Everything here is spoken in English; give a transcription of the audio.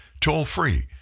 Toll-free